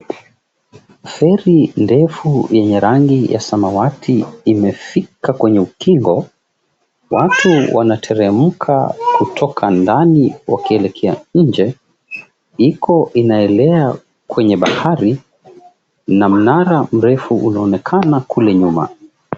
Feri ndefu yenye rangi ya samawati umefika kwenye ukingo. Watu wanateremka kutoka ndani wakielekea nje. Iko inaelea kwenye bahari na mnara mrefu unaonekana kule nyuma.